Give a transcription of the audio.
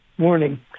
Morning